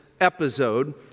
episode